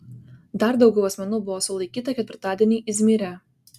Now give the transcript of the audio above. dar daugiau asmenų buvo sulaikyta ketvirtadienį izmyre